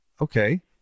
okay